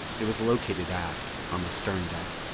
it was located aft, on the stern deck,